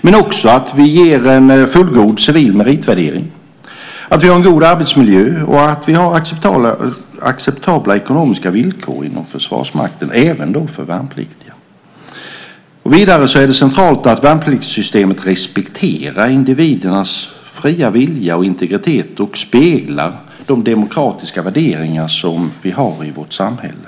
Men vi ska också ge en fullgod civil meritvärdering. Det ska vara en god arbetsmiljö och acceptabla ekonomiska villkor inom Försvarsmakten - även för värnpliktiga. Vidare är det centralt att värnpliktssystemet respekterar individernas fria vilja och integritet samt speglar de demokratiska värderingar vi har i vårt samhälle.